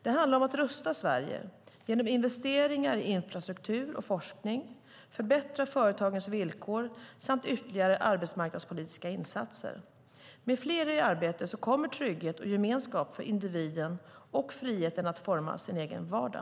Det handlar om att rusta Sverige genom investeringar i infrastruktur och forskning, förbättra företagens villkor samt ytterligare arbetsmarknadspolitiska insatser. Med fler i arbete kommer trygghet och gemenskap för individen och friheten att forma sin egen vardag.